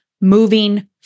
moving